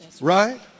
Right